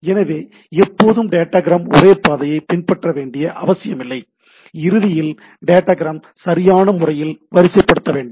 எனவே எப்போதும் டேட்டாகிராம் ஒரே பாதையை பின்பற்றவேண்டிய அவசியமில்லை இறுதியில் டேட்டா கிராம் சரியான முறையில் வரிசைப்படுத்தப்பட வேண்டும்